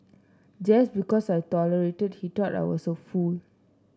just because I tolerated he thought I was a fool